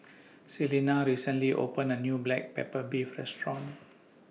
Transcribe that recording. Celina recently opened A New Black Pepper Beef Restaurant